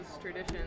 traditions